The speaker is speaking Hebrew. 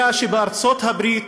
היה שבארצות הברית